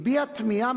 הביעו תמיהה,